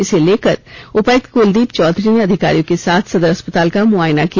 इसे लेकर उपायुक्त कुलदीप चौधरी ने अधिकारियों के साथ सदर अस्पताल का मुआयना किया